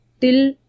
till